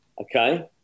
okay